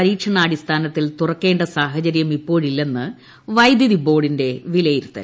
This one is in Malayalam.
പരീക്ഷണാടിസ്ഥാനത്തിൽ തുറക്കേണ്ട സാഹചര്യം ഇപ്പോഴില്ലെന്ന് വൈദ്യുതിബോർഡിന്റെ വിലയിരുത്തൽ